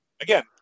again